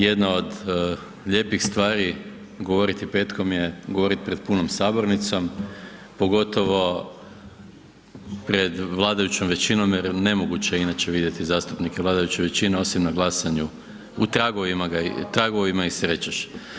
Jedna od lijepih stvari govoriti petkom je govoriti pred punom sabornicom, pogotovo pred vladajućom većinom jer nemoguće je inače vidjeti zastupnike vladajuće većine osim na glasanju, u tragovima ih srećeš.